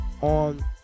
on